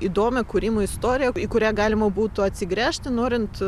įdomią kūrimo istoriją kurią galima būtų atsigręžti norint